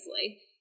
easily